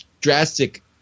drastic